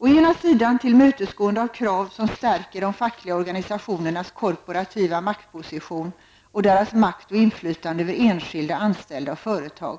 Å ena sidan tillmötesgående av krav som stärker de fackliga organisationernas korporativa maktposition och deras makt och inflytande över enskilda anställda och företag.